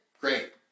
great